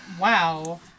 Wow